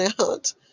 out